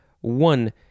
one